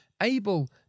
able